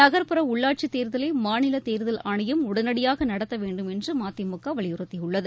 நகா்புற உள்ளாட்சித் தேர்தலை மாநில தேர்தல் ஆணையம் உடனடியாக நடத்த வேண்டுமென்று மதிமுக வலியுறுத்தியுள்ளது